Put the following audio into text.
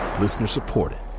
Listener-supported